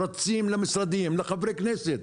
רצים למשרדים, לחברי כנסת.